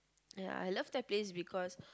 ya I love that place because